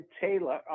Taylor